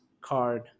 card